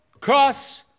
cross